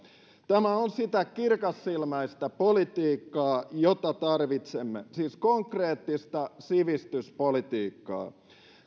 tämä on sitä kirkassilmäistä politiikkaa jota tarvitsemme siis konkreettista sivistyspolitiikkaa